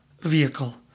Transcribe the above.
vehicle